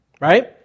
Right